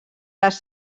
les